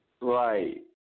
Right